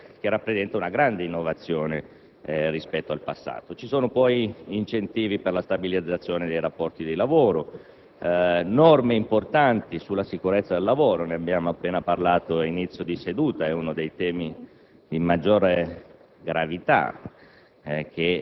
e che rappresenta una grande innovazione rispetto al passato. Ci sono poi incentivi per la stabilizzazione dei rapporti di lavoro e norme importanti per la sicurezza sul lavoro, di cui abbiamo appena parlato all'inizio di seduta, poiché è uno dei temi di maggior gravità